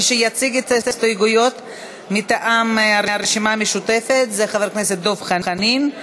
יציגו את ההסתייגויות מטעם הרשימה המשותפת חבר הכנסת דב חנין,